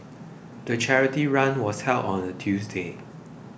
the charity run was held on a Tuesday